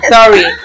Sorry